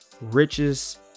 riches